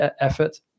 effort